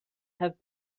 have